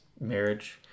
marriage